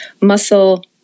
muscle